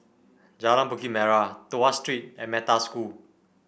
Jalan Bukit Merah Tuas Street and Metta School